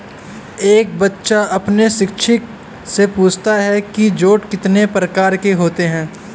एक बच्चा अपने शिक्षक से पूछता है कि जूट कितने प्रकार के होते हैं?